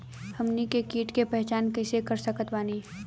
हमनी के कीट के पहचान कइसे कर सकत बानी?